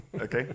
okay